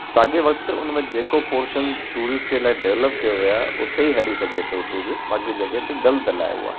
साॻे वक़्तु हुन में जेको पॉर्शन टुरिस्ट जे लाइ डेव्लप कयो वियो आहे हुते ई हली सघे थो टुरिस्ट बाक़ी जॻह ते दलदल आहे उहा